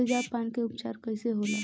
तेजाब पान के उपचार कईसे होला?